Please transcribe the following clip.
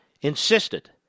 insisted